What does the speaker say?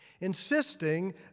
insisting